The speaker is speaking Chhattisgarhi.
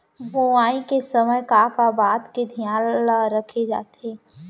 बुआई के समय का का बात के धियान ल रखे जाथे?